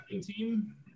team